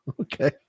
Okay